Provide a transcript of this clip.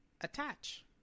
Attach